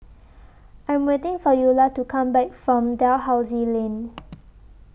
I Am waiting For Eulah to Come Back from Dalhousie Lane